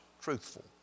truthful